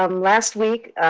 um last week,